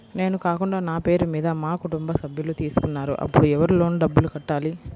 నేను కాకుండా నా పేరు మీద మా కుటుంబ సభ్యులు తీసుకున్నారు అప్పుడు ఎవరు లోన్ డబ్బులు కట్టాలి?